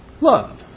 Love